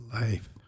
life